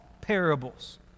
parables